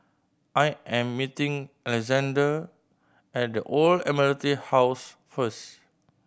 I am meeting Alexzander at The Old Admiralty House first